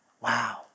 wow